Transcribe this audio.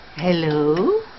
Hello